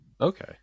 Okay